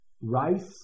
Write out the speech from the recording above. rice